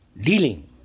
dealing